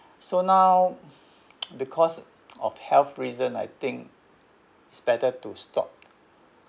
so now because of health reason I think it's better to stop